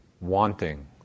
wanting